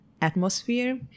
atmosphere